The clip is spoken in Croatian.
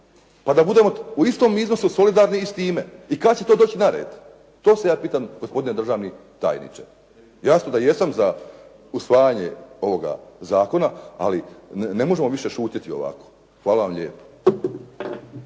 Pa da budemo u istom iznosu solidarni i s time. I kada će to doći na red? To se ja pitam gospodine državni tajniče. Jasno da jesam za usvajanje ovog zakona, ali ne možemo više šutjeti ovako. Hvala vam lijepa.